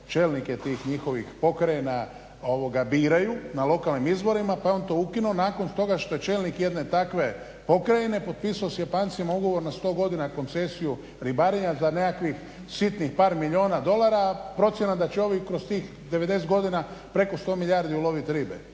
čelnike tih njihovih pokrajina biraju na lokalnim izborima, pa je on to ukinuo nakon toga što je čelnik jedne takve pokrajine potpisao sa japancima ugovor na sto godina koncesiju ribarenja za nekakvih sitnih par milijuna dolara, a procjena da će ovi kroz tih 90 godina preko sto milijardi ulovit ribe.